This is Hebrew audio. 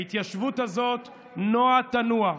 ההתיישבות הזאת נוע תנוע.